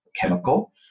chemical